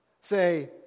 say